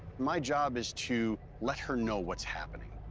my job is to let her know what's happening,